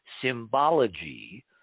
symbology